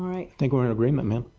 i think we are in agreement?